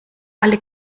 alle